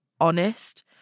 honest